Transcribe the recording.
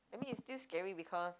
I mean it's still scary because